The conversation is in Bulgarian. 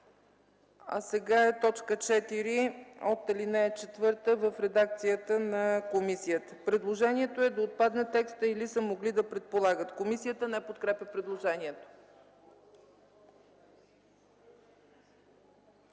Сега е т. 4 от ал. 4 в редакцията на комисията. Предложението е да отпадне текстът: „или са могли да предполагат”. Комисията не подкрепя предложението.